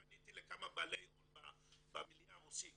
פניתי לכמה בעלי הון במלייה הרוסי,